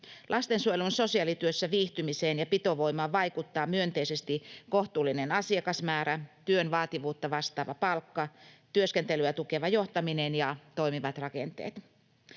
Lastensuojelun sosiaalityössä viihtymiseen ja pitovoimaan vaikuttavat myönteisesti kohtuullinen asiakasmäärä, työn vaativuutta vastaava palkka, työskentelyä tukeva johtaminen ja toimivat rakenteet.